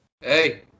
Hey